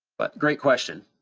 but great question.